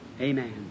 Amen